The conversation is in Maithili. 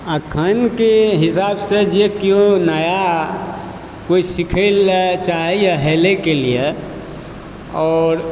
अखन के हिसाब से जे क्यो नया कोइ सिखै लए चाहैया हेलए के लियऽ आओर